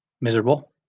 miserable